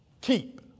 keep